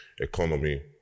economy